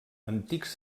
antics